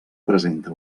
presenta